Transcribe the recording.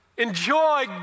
Enjoy